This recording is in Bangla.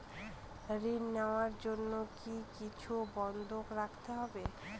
ঋণ নেওয়ার জন্য কি কিছু বন্ধক রাখতে হবে?